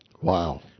Wow